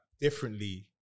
differently